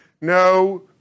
no